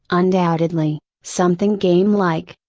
undoubtedly, something game like,